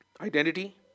identity